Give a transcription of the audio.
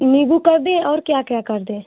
नींबू कर दिए और क्या क्या कर देँ